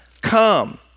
come